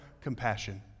compassion